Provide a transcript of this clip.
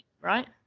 Right